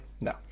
No